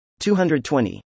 220